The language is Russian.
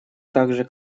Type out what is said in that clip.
также